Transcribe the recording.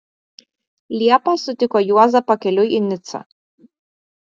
liepą sutiko juozą pakeliui į nicą